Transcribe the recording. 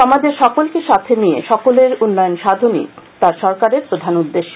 সমাজের সকলকে সাথে নিয়ে সকলের উন্নয়ন সাধনই তাঁর সরকারের প্রধান উদ্দেশ্যে